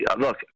look